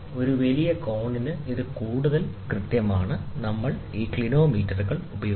ഒരു വലിയ കോണിന് ഇത് കൂടുതൽ കൃത്യമാണ് നമ്മൾ ഈ ക്ലിനോമീറ്ററുകൾ ഉപയോഗിക്കുന്നു